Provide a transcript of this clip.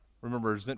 remember